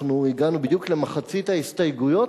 אנחנו הגענו בדיוק למחצית ההסתייגויות,